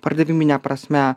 pardavimine prasme